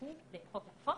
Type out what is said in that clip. והוסמכו לאכוף את החוק,